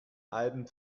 alben